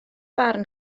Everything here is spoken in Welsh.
barn